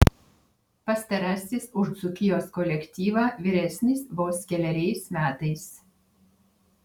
pastarasis už dzūkijos kolektyvą vyresnis vos keleriais metais